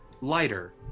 lighter